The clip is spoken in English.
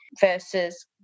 versus